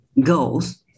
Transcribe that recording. goals